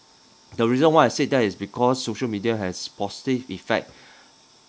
the reason why I say that is because social media has positive effect